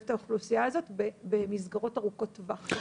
את האוכלוסייה הזאת במסגרות ארוכות טווח.